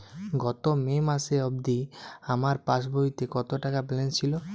গত মে মাস অবধি আমার পাসবইতে কত টাকা ব্যালেন্স ছিল?